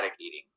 eating